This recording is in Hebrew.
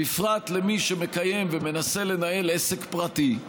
בפרט למי שמקיים ומנסה לנהל עסק פרטי.